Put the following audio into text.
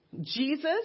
Jesus